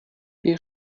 wir